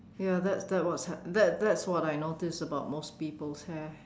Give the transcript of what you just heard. ya that that was that's that's what I notice about most people's hair